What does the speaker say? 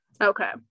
Okay